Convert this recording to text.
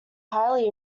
highly